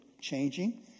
changing